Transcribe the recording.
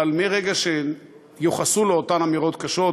אבל מרגע שיוחסו לו אותן אמירות קשות,